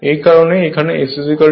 এই কারণেই এখানে S1 হয়েছে